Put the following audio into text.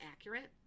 accurate